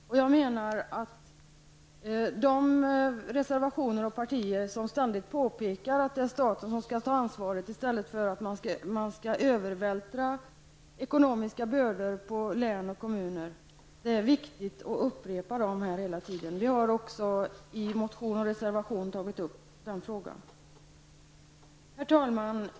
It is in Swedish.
Jag menar att det är viktigt att hela tiden återkomma med reservationer i vilka man påpekar att det är staten som skall ta ansvaret i stället för att ekonomiska bördor skall övervältras på län och kommuner. Vi har också i motioner och reservationer tagit upp denna fråga. Herr talman!